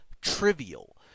trivial